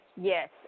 yes